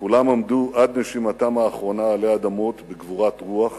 וכולם עמדו עד נשימתם האחרונה עלי אדמות בגבורת רוח